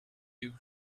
you